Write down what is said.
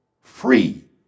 free